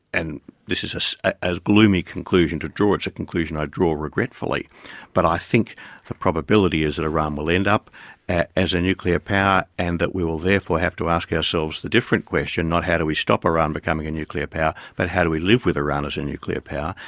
and this is a gloomy conclusion to draw it's a conclusion i draw regretfully but i think the probability is that iran will end up as a nuclear power and that we will therefore have to ask ourselves the different question not how do we stop iran becoming a nuclear power, but how do we live with iran as a nuclear power.